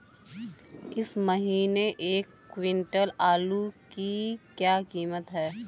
इस महीने एक क्विंटल आलू की क्या कीमत है?